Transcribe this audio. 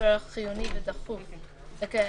התש"ף 2020,